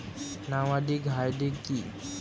Nomadic হার্ডি কি?